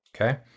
Okay